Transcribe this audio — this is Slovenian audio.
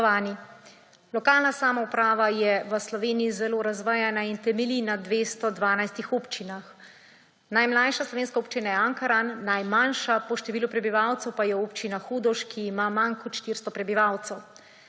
Lokalna samouprava je v Sloveniji zelo razvejanja in temelji na 212 občinah. Najmlajša slovenska občina je Ankaran, najmanjša po številu prebivalcev pa je Občina Hodoš, ki ima manj kot 400 prebivalcev.